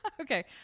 Okay